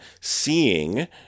seeing